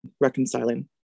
reconciling